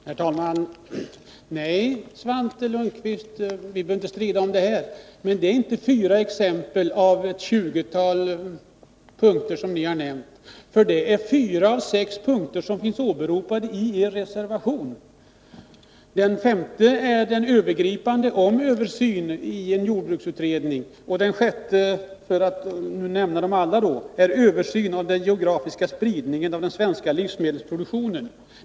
Herr talman! Nej, Svante Lundkvist, vi behöver inte strida om detta. Men det är inte fyra exempel bland ett tjugotal punkter som ni har nämnt. Det är fyra av sex punkter som finns åberopade i er reservation. Den femte punkten är övergripande, om översyn en jordbruksutredning, och den sjätte punkten gäller översyn av den geografiska spridningen av den svenska livsmedelsproduktionen.